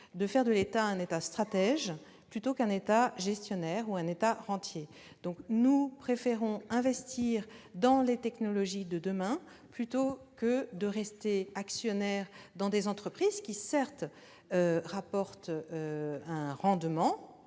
de faire de l'État un État stratège, plutôt qu'un État gestionnaire ou rentier. Nous préférons investir dans les technologies de demain, plutôt que de rester actionnaires dans des entreprises qui, certes, produisent un rendement,